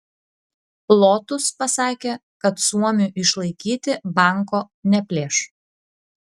lotus pasakė kad suomiui išlaikyti banko neplėš